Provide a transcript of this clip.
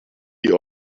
die